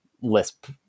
lisp